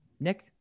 Nick